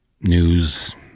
news